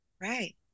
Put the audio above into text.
Right